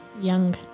young